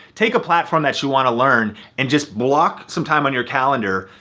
take a platform that you wanna learn and just block some time on your calendar.